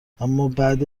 امابعد